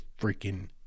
freaking